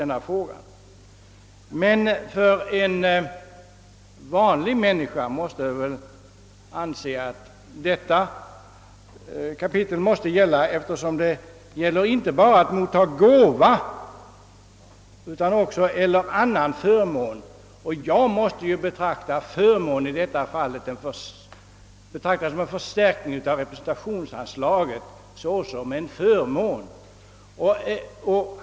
Men en vanlig människa inser att detta kapitel måste gälla, eftersom det inte endast talar om mottagande av gåva utan även om »annan förmån».